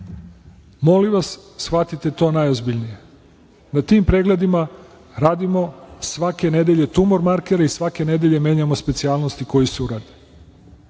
molim vas, shvatite to najozbiljnije. Na tim pregledima radimo svake nedelje tumor markere i svake nedelje menjamo specijalnosti koje se